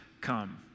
come